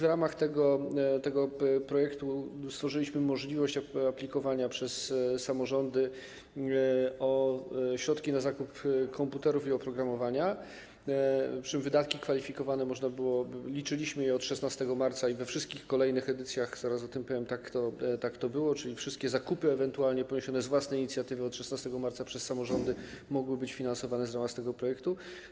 W ramach tego projektu stworzyliśmy możliwość aplikowania przez samorządy o środki na zakup komputerów i oprogramowania, przy czym wydatki kwalifikowane - liczyliśmy je od 16 marca, potem we wszystkich kolejnych edycjach, zaraz o tym powiem, tak było - wszystkie zakupy ewentualnie poniesione z własnej inicjatywy od 16 marca przez samorządy mogły być finansowane w ramach tego projektu.